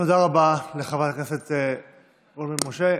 תודה רבה לחברת הכנסת יעל רון בן משה.